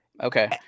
Okay